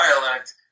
dialect